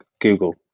Google